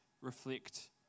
reflect